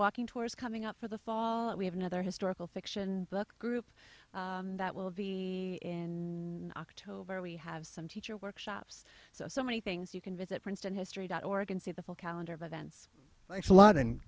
walking tours coming up for the fall we have another historical fiction book group that will be october we have some teacher workshops so many things you can visit princeton history dot org and see the full calendar of events